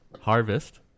Harvest